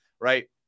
right